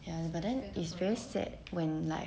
ya lor but then it's very sad when like